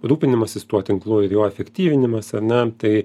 rūpinimasis tuo tinklu ir jo efektyvinimas ar ne tai